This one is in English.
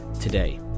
today